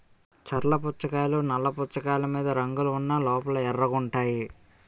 చర్ల పుచ్చకాయలు నల్ల పుచ్చకాయలు మీద రంగులు ఉన్న లోపల ఎర్రగుంటాయి